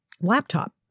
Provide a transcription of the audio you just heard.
laptop